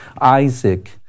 Isaac